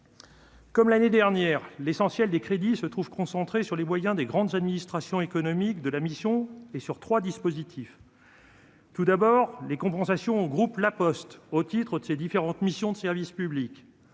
Comme l'année dernière, l'essentiel des crédits se trouve concentrée sur les moyens des grandes administrations économiques de la mission et sur 3 dispositif. Tout d'abord les compensations au groupe La Poste, au titre de ses différentes missions de service public,